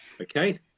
Okay